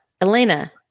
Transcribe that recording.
Elena